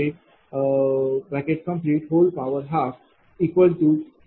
u